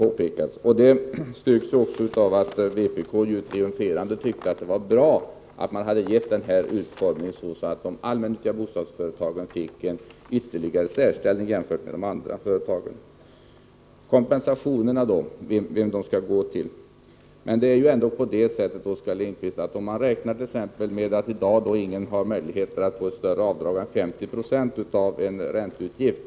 Den tolkningen styrks av att vpk triumferande tyckte att det var bra att skatten hade getts den utformningen att de allmännyttiga bostadsföretagens särställning jämfört med de andra företagen ytterligare markerades. Så några ord om vilka kompensationerna skall gå till. Vi kan, Oskar Lindkvist, räkna med att ingen småhusägare i dag har möjligheter att få ett större avdrag än 50 96 av en ränteutgift.